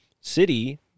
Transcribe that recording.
city